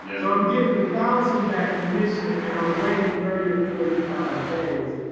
yes, i'm getting the thousand back commission and i waiting thirty or forty five days.